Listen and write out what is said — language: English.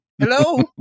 Hello